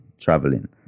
traveling